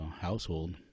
household